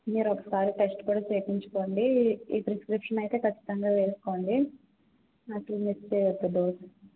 మీరొకసారి టెస్ట్ కూడా చేపించుకోండి ఈ ఈ ప్రిస్క్రిప్షన్ అయితే ఖచ్చితంగా వేసుకోండి నా ఇస్తే ఒక డోస్